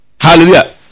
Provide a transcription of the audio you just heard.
hallelujah